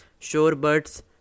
Shorebirds